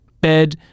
bed